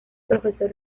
profesor